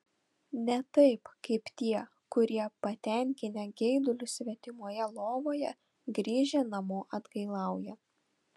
ne taip kaip tie kurie patenkinę geidulius svetimoje lovoje grįžę namo atgailauja